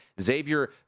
Xavier